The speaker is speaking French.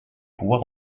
pouvoir